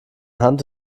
hand